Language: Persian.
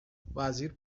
وزیر